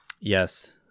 yes